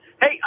Hey